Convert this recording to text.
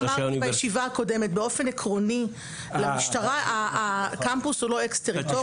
באופן עקרוני הקמפוס הוא לא אקס-טריטוריה.